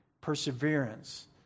perseverance